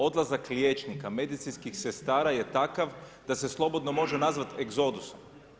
Odlazak liječnika, medicinskih sestara je takav da se slobodno može nazvati egzodusom.